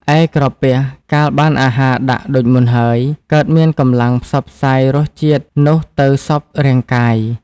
ឯក្រពះកាលបានអាហារដាក់ដូចមុនហើយ កើតមានកម្លាំងផ្សព្វផ្សាយរសជាតិនោះទៅសព្វរាងកាយ ។